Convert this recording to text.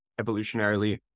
evolutionarily